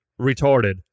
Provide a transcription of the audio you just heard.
retarded